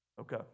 okay